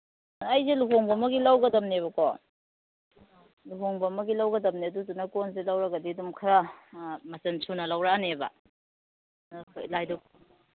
ꯑꯩꯁꯦ ꯂꯨꯍꯣꯡꯕ ꯑꯃꯒꯤ ꯂꯧꯒꯗꯕꯅꯦꯕꯀꯣ ꯂꯨꯍꯣꯡꯕ ꯑꯃꯒꯤ ꯂꯧꯒꯗꯕꯅꯦ ꯑꯗꯨꯗꯨꯅ ꯀꯣꯟꯁꯦ ꯂꯧꯔꯒꯗꯤ ꯑꯗꯨꯝ ꯈꯔ ꯃꯆꯟ ꯁꯨꯅ ꯂꯧꯔꯛꯑꯅꯦꯕ ꯑꯩꯈꯣꯏ ꯂꯥꯏ ꯙꯨꯛ